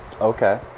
Okay